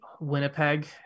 Winnipeg